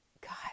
God